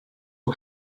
who